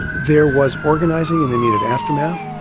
there was organizing in the immediate aftermath.